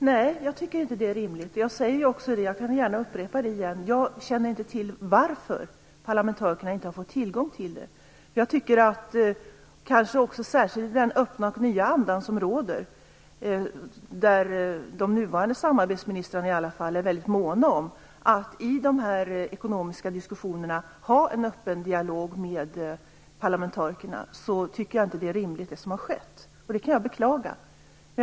Herr talman! Nej, jag tycker inte att det är rimligt. Jag kan gärna upprepa det igen: Jag känner inte till varför parlamentarikerna inte har fått tillgång till den. I den öppna och nya anda som råder, där i varje fall de nuvarande samarbetsministrarna är väldigt måna om att i de ekonomiska diskussionerna ha en öppen dialog med parlamentarikerna, är det som har skett inte rimligt, och jag beklagar det.